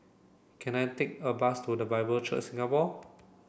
can I take a bus to The Bible Church Singapore